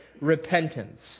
repentance